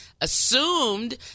assumed